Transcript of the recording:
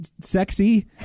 sexy